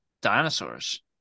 dinosaurs